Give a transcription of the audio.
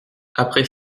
après